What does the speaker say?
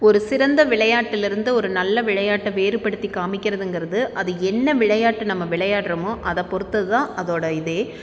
ஒரு சிறந்த விளையாட்டில் இருந்து ஒரு நல்ல விளையாட்டு வேறுபடுத்தி காமிக்கிறதுங்கிறது அது என்ன விளையாட்டு நம்ம விளையாடுறோமோ அதை பொறுத்தது தான் அதோட இது